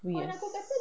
yes